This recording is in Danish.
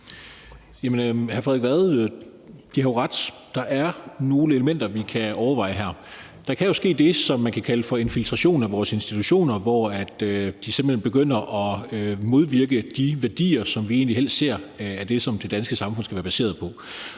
Jamen hr. Frederik Vad, De har jo ret. Der er nogle elementer, vi kan overveje her. Der kan jo ske det, som man kan kalde for infiltration af vores institutioner, hvor de simpelt hen begynder at modvirke de værdier, som vi egentlig helst ser er det, som det danske samfund skal være baseret på.